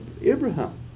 Abraham